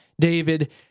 David